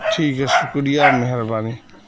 ٹھیک ہے شکریہ مہربانی